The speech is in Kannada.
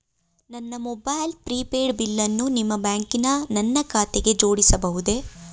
ನನ್ನ ಮೊಬೈಲ್ ಪ್ರಿಪೇಡ್ ಬಿಲ್ಲನ್ನು ನಿಮ್ಮ ಬ್ಯಾಂಕಿನ ನನ್ನ ಖಾತೆಗೆ ಜೋಡಿಸಬಹುದೇ?